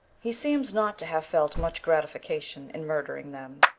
he seems not to have felt much gratification in murdering them,